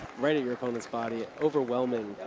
right at your opponent's body, overwhelming.